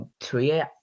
three